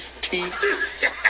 teeth